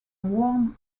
worn